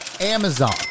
Amazon